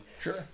Sure